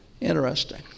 Interesting